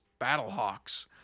Battlehawks